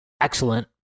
excellent